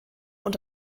und